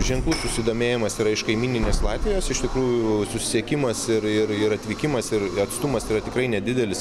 ženklus susidomėjimas yra iš kaimyninės latvijos iš tikrųjų susisiekimas ir ir ir atvykimas ir atstumas yra tikrai nedidelis